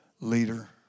leader